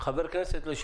כנסת,